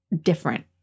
different